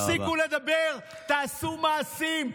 תפסיקו לדבר, תעשו מעשים.